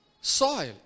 soil